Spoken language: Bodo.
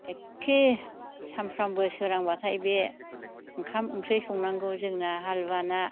एख्खे सामफ्रामबो सोरांबाथाय बे ओंखाम ओंख्रि संनांगौ जोंना हालुवाना